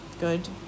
good